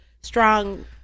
strong